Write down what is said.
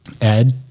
Ed